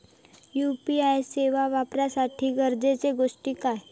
UPI सेवा वापराच्यासाठी गरजेचे गोष्टी काय?